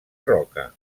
roca